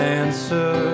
answer